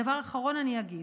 דבר אחר שאגיד,